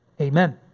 Amen